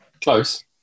close